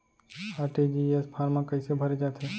RTGS form कइसे भरे जाथे?